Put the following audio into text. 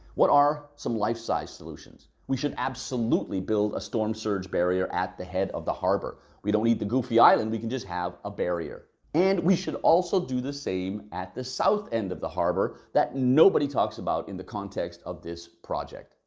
what are some life-size solutions? we should absolutely build a storm surge barrier at the head of the harbour. we don't need the goofy island we can just have a barrier. and we should also do the same at the south end of the harbour that nobody talks about in the context of this project.